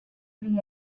envy